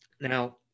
Now